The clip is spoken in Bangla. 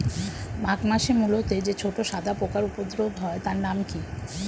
মাঘ মাসে মূলোতে যে ছোট সাদা পোকার উপদ্রব হয় তার নাম কি?